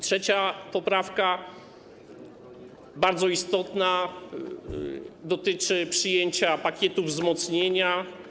Trzecia poprawka, bardzo istotna, dotyczy przyjęcia pakietu wzmocnienia.